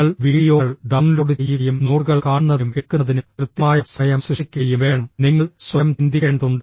നിങ്ങൾ വീഡിയോകൾ ഡൌൺലോഡ് ചെയ്യുകയും നോട്ടുകൾ കാണുന്നതിനും എടുക്കുന്നതിനും കൃത്യമായ സമയം സൃഷ്ടിക്കുകയും വേണം നിങ്ങൾ സ്വയം ചിന്തിക്കേണ്ടതുണ്ട്